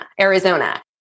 Arizona